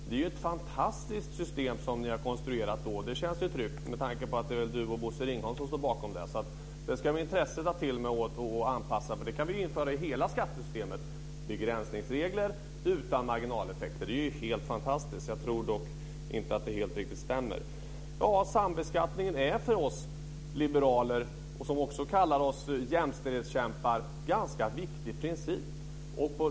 Det är ett fantastiskt system som ni har konstruerat. Det känns det ju tryggt med tanke på att det är Per Rosengren och Bosse Ringholm som står bakom det. Jag ska med intresse ta till mig det. Sedan kan vi införa begränsningsregler utan marginaleffekter i hela skattesystemet. Det är helt fantastiskt. Jag tror dock inte att det stämmer helt. För oss liberaler, som också kallar oss jämställdhetskämpar, är sambeskattningen en ganska viktig princip.